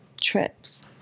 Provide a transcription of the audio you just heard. trips